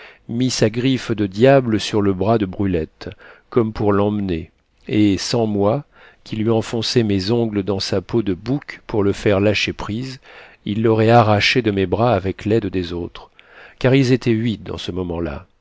mit sa griffe de diable sur le bras de brulette comme pour l'emmener et sans moi qui lui enfonçais mes ongles dans sa peau de bouc pour le faire lâcher prise il l'aurait arrachée de mes bras avec l'aide des autres car ils étaient huit dans ce moment-là